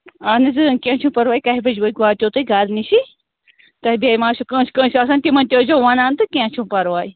اَہن حظ کیٚنٛہہ چھُنہٕ پَرواے کَہہِ بَجہِ بٲگۍ واتیو تۄہہِ گرِ نِشی تہٕ بیٚیہِ ما آسیو کٲنٛسہِ کٲنٛسہِ آسان تِمن تہِ ٲسۍزیو وَنان تہٕ کیٚنٛہہ چھُنہٕ پَرواے